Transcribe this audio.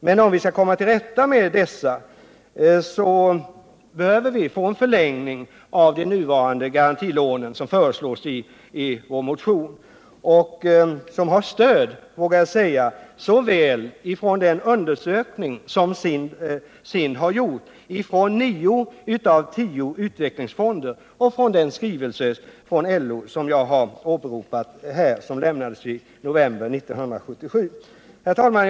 Men om vi skall komma till rätta med dessa bör vi få en förlängning av de nuvarande garantilånen, såsom föreslås i vår motion. Och det förslaget har stöd ifrån nio av tio utvecklingsfonder i den undersökning som SIND har gjort och även i den skrivelse från LO som jag åberopat här och som lämnades i november 1977. Herr talman!